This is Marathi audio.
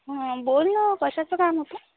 हां बोल ना कशाचं काम होतं